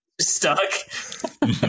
Stuck